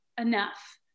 enough